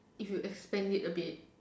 if you expand it a bit